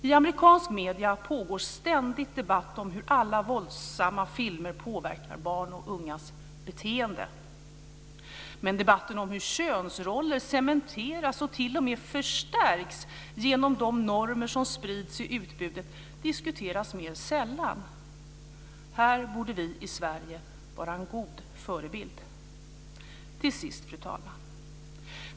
I amerikanska medier pågår ständigt debatt om hur alla våldsamma filmer påverkar barns och ungas beteende, men debatten om hur könsroller cementeras och t.o.m. förstärks genom de normer som sprids i utbudet diskuteras mer sällan. Här borde vi i Sverige vara en god förebild. Till sist, fru talman.